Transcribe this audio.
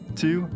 two